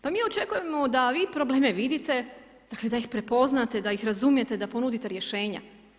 Pa mi očekujemo da vi probleme vidite, dakle da ih prepoznate, da ih razumijete, da ponudite rješenja.